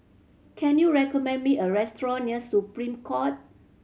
can you recommend me a restaurant near Supreme Court